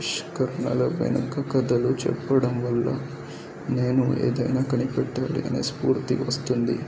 ఆవిష్కరణల వెనక కథలు చెప్పడం వల్ల నేను ఏదైనా కనిపెట్టాలి అనే స్ఫూర్తి వస్తుంది